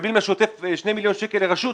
מקבלים לשוטף 2 מיליון שקלים לרשות,